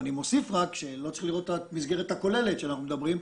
ואני מוסיף רק שצריך לראות את המסגרת הכוללת של מה שאנחנו מדברים עליו,